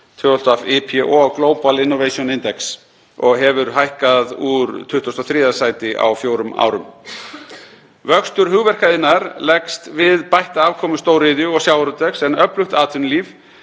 samkvæmt WIPO, global innovation index, og hefur hækkað úr 23. sæti á fjórum árum. Vöxtur hugverkaiðnaðar leggst við bætta afkomu stóriðju og sjávarútvegs, en öflugt atvinnulíf